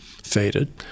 faded